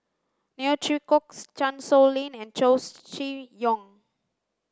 Neo Chwee Kok Chan Sow Lin and Chow Chee Yong